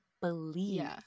believe